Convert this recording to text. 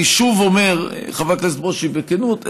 אני שוב אומר, חבר הכנסת ברושי, בכנות: